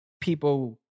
people